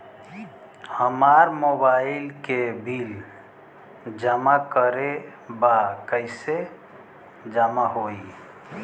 हमार मोबाइल के बिल जमा करे बा कैसे जमा होई?